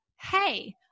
Hey